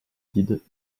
guides